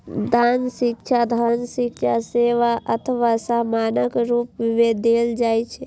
दान शिक्षा, धन, भिक्षा, सेवा अथवा सामानक रूप मे देल जाइ छै